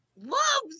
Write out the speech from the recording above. loves